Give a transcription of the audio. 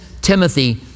timothy